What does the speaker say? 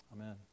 Amen